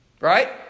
Right